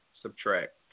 subtract